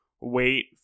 wait